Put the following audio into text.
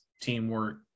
teamwork